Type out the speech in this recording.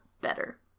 better